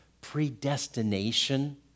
predestination